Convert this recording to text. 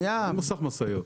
אין לי מוסך משאיות.